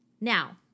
Now